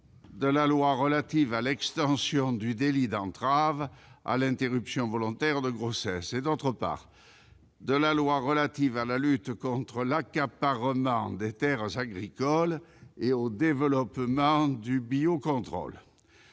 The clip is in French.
de la loi relative à l'extension du délit d'entrave à l'interruption volontaire de grossesse, d'autre part, de la loi relative à la lutte contre l'accaparement des terres agricoles et au développement du biocontrôle.